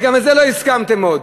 וגם על זה לא הסכמתם עוד.